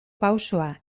pausoa